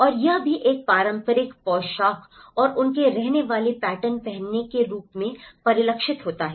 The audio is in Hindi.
और यह भी एक पारंपरिक पोशाक और उनके रहने वाले पैटर्न पहनने के रूप में परिलक्षित होता है